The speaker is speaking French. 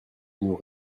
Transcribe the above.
nous